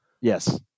yes